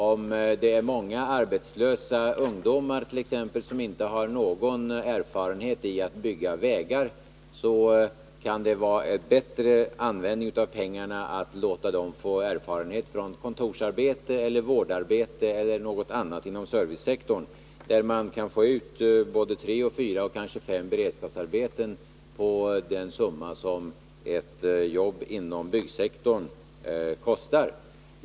Om det t.ex. är många arbetslösa ungdomar som inte har någon erfarenhet av att bygga vägar, kan det vara bättre användning av 169 pengarna att låta vederbörande få erfarenhet av kontorsarbete, vårdarbete eller något annat inom servicesektorn, där man kan få ut både tre, fyra eller kanske fem beredskapsarbeten för den summa som ett jobb inom byggsektorn kostar.